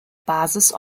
basis